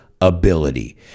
ability